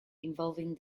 involving